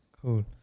Cool